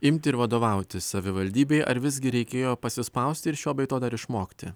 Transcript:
imti ir vadovauti savivaldybei ar visgi reikėjo pasispausti ir šio bei to dar išmokti